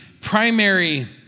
primary